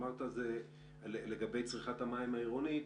אמרת לגבי צריכת המים העירונית,